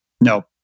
No